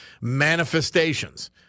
manifestations